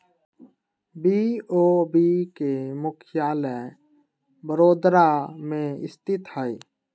BOB के मुख्यालय बड़ोदरा में स्थित हइ